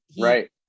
Right